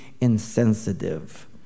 insensitive